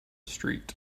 street